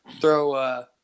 throw